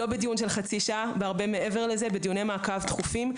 לא בדיון של חצי שעה אלא בדיוני מעקב תכופים.